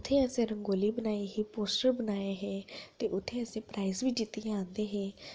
उत्थै असें रंगोली बनाई ही पोस्टर बनाए हे उत्थै असें प्राईज बी जित्ते आंदे हे